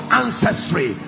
ancestry